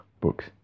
books